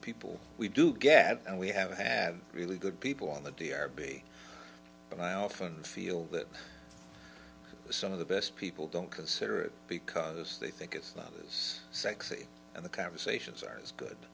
people we do get and we have to have really good people on the d rb and i often feel that some of the best people don't consider it because they think it's lovers sexy and the conversations are as good